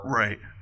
right